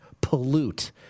pollute